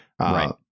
Right